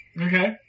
Okay